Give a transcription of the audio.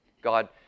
God